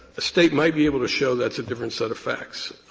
the state might be able to show that's a different set of facts,